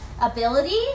ability